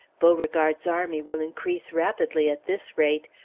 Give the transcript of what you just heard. beauregard's army will increase rapidly at this rate.